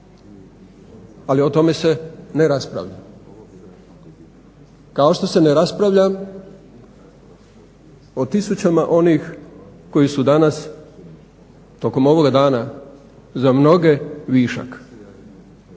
Ali o tome se ne raspravlja. Kao što se ne raspravlja o tisućama onih koji su danas tokom ovoga dana za mnoge višak,